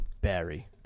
Barry